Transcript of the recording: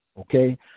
okay